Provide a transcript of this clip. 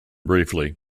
briefly